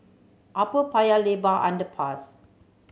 Upper Paya Lebar Underpass